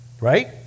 right